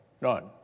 None